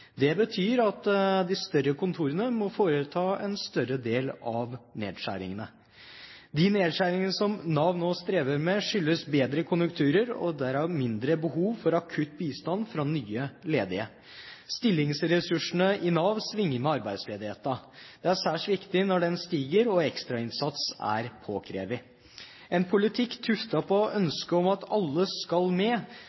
Det betyr at de større kontorene må foreta en større del av nedskjæringene. De nedskjæringene som Nav nå strever med, skyldes bedre konjunkturer og derav mindre behov for akutt bistand fra nye ledige. Stillingsressursene i Nav svinger med arbeidsledigheten. Det er særs viktig når den stiger og ekstrainnsats er påkrevet. Når det gjelder en politikk tuftet på